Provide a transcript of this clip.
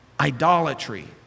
idolatry